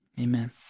Amen